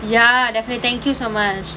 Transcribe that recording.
ya definitely thank you so much